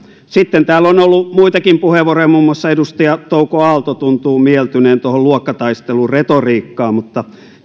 sitten täällä on ollut muitakin puheenvuoroja muun muassa edustaja touko aalto tuntuu mieltyneen tuohon luokkataisteluretoriikkaan mutta